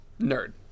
nerd